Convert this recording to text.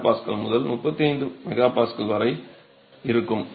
5 MPa முதல் 35 MPa வரை இருக்கும்